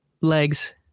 legs